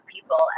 people